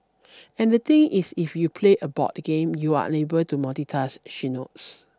and the thing is if you play a board game you are unable to multitask she notes